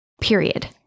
period